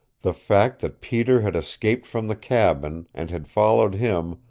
the fact that peter had escaped from the cabin, and had followed him,